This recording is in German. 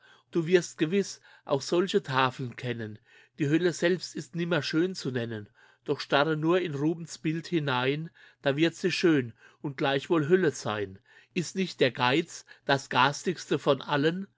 du wirst gewiß auch solche tafeln kennen die hölle selbst ist nimmer schön zu nennen doch starre nur in rubens bild hinein da wird sie schön und gleichwohl hölle sein ist nicht der geiz das garstigste von allen